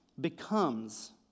becomes